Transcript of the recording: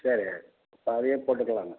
சரி அப்போ அதையே போட்டுக்கலாங்க